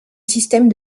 système